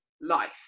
life